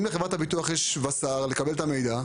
אם לחברת הביטוח יש סעד לקבל את המידע,